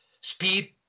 speed